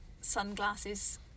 sunglasses